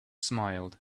smiled